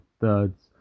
Thirds